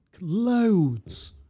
Loads